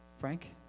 Frank